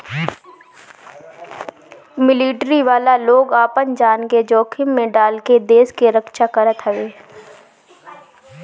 military वाला लोग आपन जान के जोखिम में डाल के देस के रक्षा करत हवे